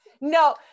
No